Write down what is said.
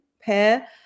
pair